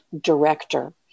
Director